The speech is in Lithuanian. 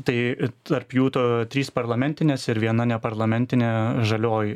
tai tarp jų to trys parlamentinės ir viena neparlamentinė žalioji